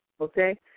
okay